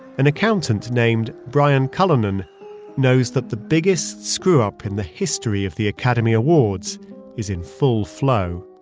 an accountant named brian cullinan knows that the biggest screw up in the history of the academy awards is in full flow.